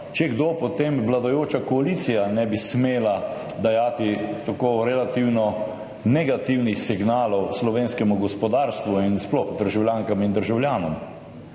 če kdo, potem vladajoča koalicija ne bi smela dajati tako relativno negativnih signalov slovenskemu gospodarstvu in sploh državljankam in državljanom.